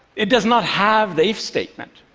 it does not have the if statement.